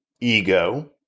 ego